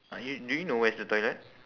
uh you do you know where's the toilet